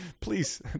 please